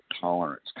tolerance